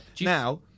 Now